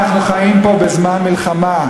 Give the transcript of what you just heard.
אנחנו חיים פה בזמן מלחמה,